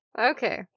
Okay